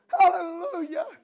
hallelujah